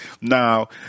now